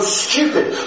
stupid